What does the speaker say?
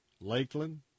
Lakeland